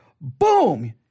boom